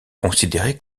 considéré